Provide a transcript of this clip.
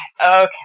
okay